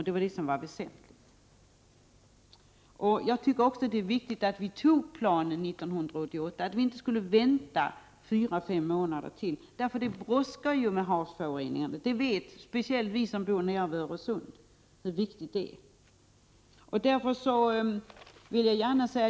Det var det som var väsentligt. Jag tycker också att det var bra att vi bestämde oss för planen 1988 och inte väntade fyra-fem månader. Det brådskar ju när det gäller havsföroreningarna. Speciellt vi som bor nere vid Öresund vet hur viktigt det är.